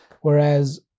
whereas